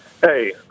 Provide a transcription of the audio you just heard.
Hey